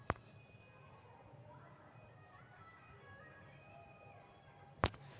कर्जा पर छूट के ब्याज पर सरकार सब्सिडी देँइ छइ